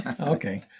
Okay